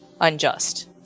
unjust